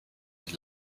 die